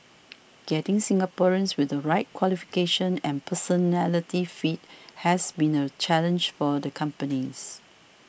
getting Singaporeans with the right qualifications and personality fit has been a challenge for the companies